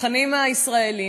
הצרכנים הישראלים,